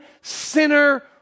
sinner